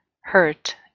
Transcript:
hurt